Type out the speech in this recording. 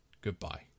Goodbye